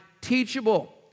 teachable